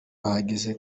bahageze